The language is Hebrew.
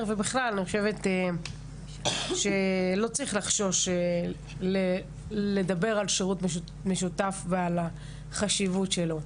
ובכלל אני חושבת שלא צריך לחשוש לדבר על שירות משותף ועל החשיבות שלו.